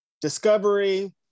discovery